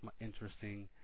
interesting